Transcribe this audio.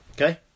Okay